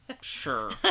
Sure